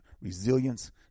resilience